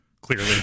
Clearly